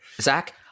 Zach